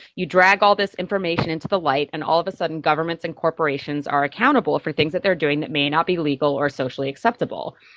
you drag all this information into the light and all of a sudden governments and corporations are accountable for things that they are doing that may not be legal or socially acceptable.